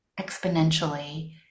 exponentially